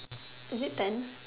is it ten